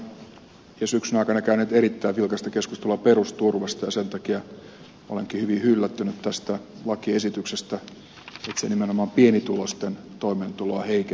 olemme viime aikoina ja syksyn aikana käyneet erittäin vilkasta keskustelua perusturvasta ja sen takia olenkin hyvin yllättynyt tästä lakiesityksestä että se nimenomaan pienituloisten toimeentuloa heikentää